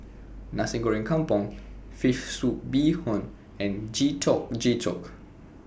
Nasi Goreng Kampung Fish Soup Bee Hoon and Getuk Getuk